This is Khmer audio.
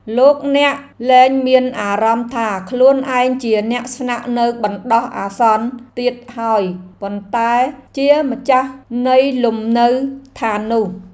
លោកអ្នកលែងមានអារម្មណ៍ថាខ្លួនឯងជាអ្នកស្នាក់នៅបណ្ដោះអាសន្នទៀតហើយប៉ុន្តែជាម្ចាស់នៃលំនៅឋាននោះ។